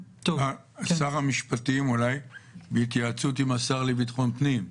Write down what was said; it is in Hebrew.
שר המשפטים, אולי בהתייעצות עם השר לביטחון פנים.